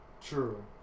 True